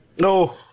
No